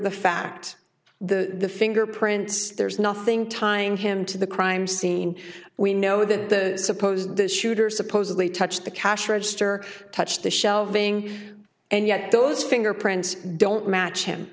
the fact the fingerprints there's nothing time him to the crime scene we know that the supposed shooter supposedly touched the cash register touched the shelving and yet those fingerprints don't match him